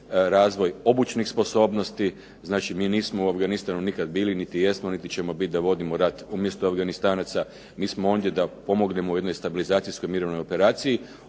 razvoj obučnih sposobnosti. Znači, mi nismo u Afganistanu nikad bili, niti jesmo, niti ćemo biti da vodimo rat umjesto Afganistanaca. Mi smo ondje da pomognemo u jednoj stabilizacijskoj mirovnoj operaciji,